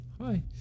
Hi